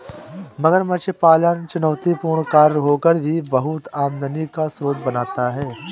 मगरमच्छ पालन चुनौतीपूर्ण कार्य होकर भी बहुत आमदनी का स्रोत बनता है